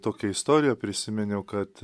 tokią istoriją prisiminiau kad